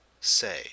say